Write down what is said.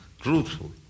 truthful